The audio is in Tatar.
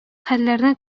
хәлләрне